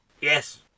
Yes